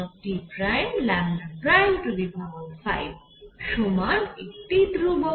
কেমন ধরণের ধ্রুবক